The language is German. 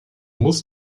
muss